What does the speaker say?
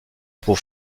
pour